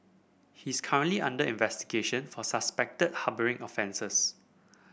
he is currently under investigation for suspected harbouring offences